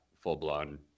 full-blown